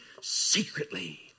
secretly